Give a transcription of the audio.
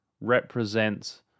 represents